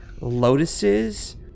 lotuses